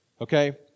okay